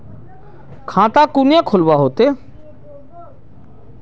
खाता कुनियाँ खोलवा होते?